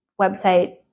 website